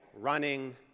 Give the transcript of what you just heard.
running